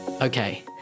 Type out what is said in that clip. Okay